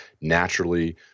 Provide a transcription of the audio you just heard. naturally